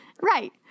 Right